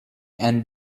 and